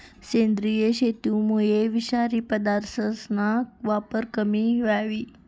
सेंद्रिय शेतीमुये विषारी पदार्थसना वापर कमी व्हयी